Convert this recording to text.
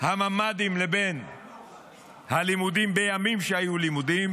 הממ"דים לבין הלימודים בימים שהיו לימודים,